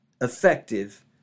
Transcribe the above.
effective